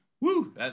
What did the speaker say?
Woo